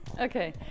okay